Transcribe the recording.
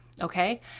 Okay